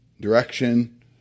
direction